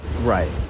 Right